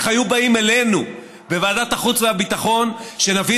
איך היו באים אלינו בוועדת החוץ והביטחון שנביא